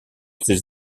ces